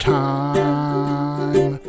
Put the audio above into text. time